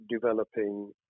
developing